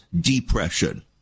depression